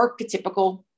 archetypical